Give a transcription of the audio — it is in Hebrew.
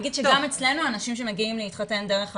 נגיד שגם אצלנו אנשים שמגיעים להתחתן דרך הוויה,